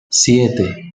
siete